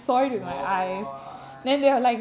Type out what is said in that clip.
what